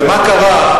ומה קרה,